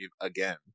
again